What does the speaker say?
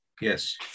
Yes